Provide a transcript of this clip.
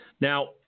Now